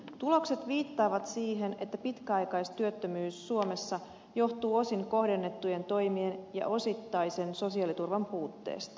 tulokset viittaavat siihen että pitkäaikaistyöttömyys suomessa johtuu osin kohdennettujen toimien ja osittaisen sosiaaliturvan puutteesta